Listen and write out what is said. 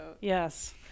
yes